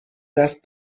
دست